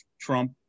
Trump